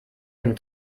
dem